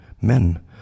men